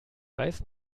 weiß